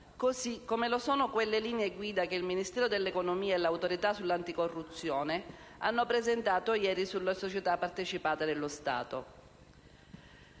così come lo sono quelle linee guida che il Ministero dell'economia e l'Autorità anticorruzione hanno presentato ieri sulle società partecipate dallo Stato.